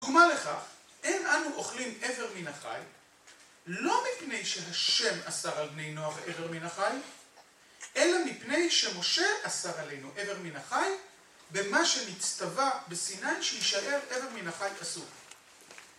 דוגמה לכך, אין אנו אוכלים עבר מן החי, לא מפני שהשם אסר על בני נוח עבר מן החי, אלא מפני שמשה אסר עלינו עבר מן החי, במה שנצטווה בסיני שישאר עבר מן החי אסור.